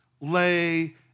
lay